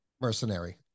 mercenary